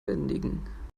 bändigen